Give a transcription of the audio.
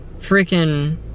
freaking